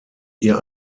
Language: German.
ihr